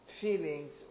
feelings